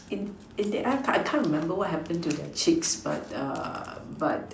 in in the end I can't remember what happened to the chicks but the but